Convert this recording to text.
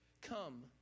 come